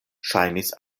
ŝajnis